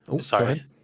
Sorry